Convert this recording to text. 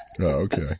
okay